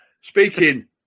Speaking